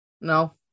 No